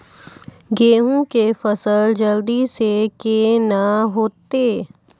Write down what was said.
गेहूँ के फसल जल्दी से के ना होते?